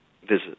visit